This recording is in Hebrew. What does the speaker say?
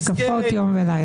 מתקפות יום ולילה.